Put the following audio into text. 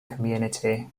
community